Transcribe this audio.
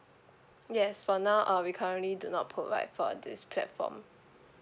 yes for now uh we currently do not provide for this platform